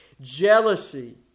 jealousy